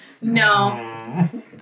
No